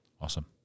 Awesome